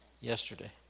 yesterday